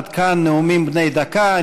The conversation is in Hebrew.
עד כאן נאומים בני דקה.